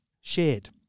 shared